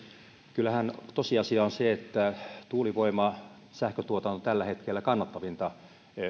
kyllähän tosiasia on se että tuulivoimasähkön tuotanto on tällä hetkellä kannattavinta